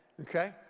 okay